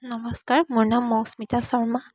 নমস্কাৰ মোৰ নাম মৌস্মৃতা শৰ্মা